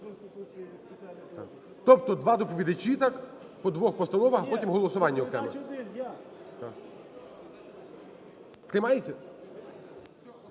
Тобто два доповідачі по двох постановах, а потім голосування. Приймається?